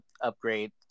upgrade